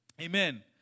Amen